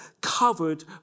covered